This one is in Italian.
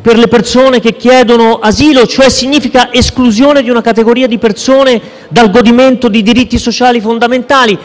per le persone che chiedono asilo, che significa l'esclusione di una categoria di persone dal godimento di diritti sociali fondamentali.